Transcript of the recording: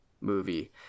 movie